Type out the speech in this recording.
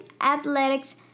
athletics